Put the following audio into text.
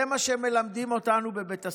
זה מה שמלמדים אותנו בבית הספר.